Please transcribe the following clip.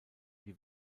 die